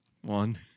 One